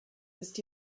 ist